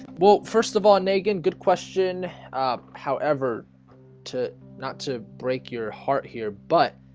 well first of all nagin good question however to not to break your heart here, but